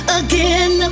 again